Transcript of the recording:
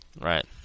right